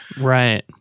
right